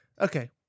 okay